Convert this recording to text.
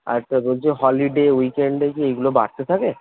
আচ্ছা বলছি holiday week এন্ডে কি এগুলো বাড়তে থাকে